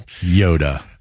Yoda